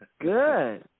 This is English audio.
good